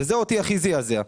וזה הכי זעזע אותי.